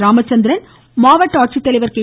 ராமச்சந்திரன் மாவட்ட ஆட்சித்தலைவர் கே